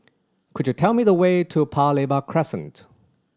could you tell me the way to Paya Lebar Crescent